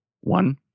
one